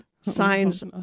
signs